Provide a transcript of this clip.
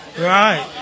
Right